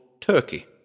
turkey